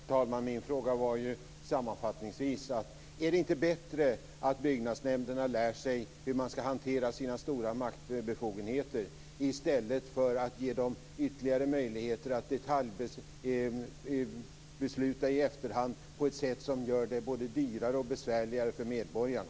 Fru talman! Min fråga gällde sammanfattningsvis om det inte är bättre att byggnadsnämnderna lär sig hur de skall hantera sina stora maktbefogenheter i stället för att man ger dem ytterligare möjligheter att detaljbesluta i efterhand på ett sätt som gör det både dyrare och besvärligare för medborgarna.